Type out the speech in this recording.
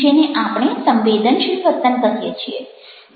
જેને આપણે સંવેદનશીલ વર્તન કહીએ છીએ